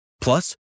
Plus